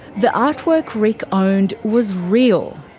the artwork rick owned was real.